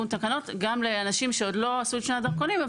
גם לאנשים שעוד לא עשו את שני הדרכונים.